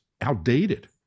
outdated